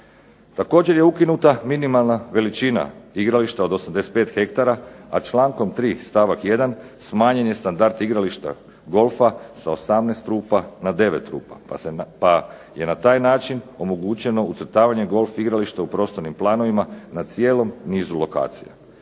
Također je ukinuta minimalna veličina igrališta, od 85 hektara, a člankom 3. stavak 1. smanjen je standard igrališta golfa sa 18 rupa na 9 rupa, pa je na taj način omogućeno ucrtavanje golf igrališta u prostornim planovima na cijelom nizu lokacija.